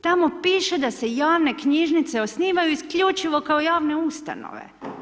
Tamo piše da se javne knjižnice osnivaju isključivo kao javne ustanove.